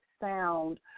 sound